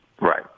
Right